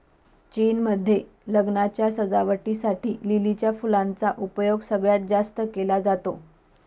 चीन मध्ये लग्नाच्या सजावटी साठी लिलीच्या फुलांचा उपयोग सगळ्यात जास्त केला जातो